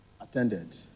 attended